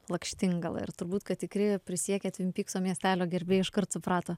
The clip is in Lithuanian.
lakštingala ir turbūt kad tikri prisiekę tvin pykso miestelio gerbėjai iškart suprato